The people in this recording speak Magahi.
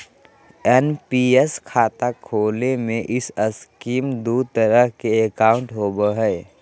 एन.पी.एस खाता खोले में इस स्कीम में दू तरह के अकाउंट होबो हइ